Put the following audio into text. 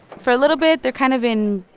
for a little bit, they're kind of in,